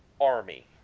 Army